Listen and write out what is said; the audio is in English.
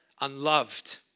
unloved